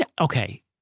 Okay